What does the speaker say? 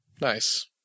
Nice